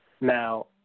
now